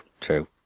true